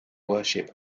worship